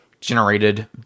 generated